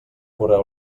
correu